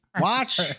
watch